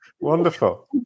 Wonderful